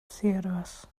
theatres